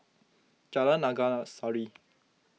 Jalan Naga Sari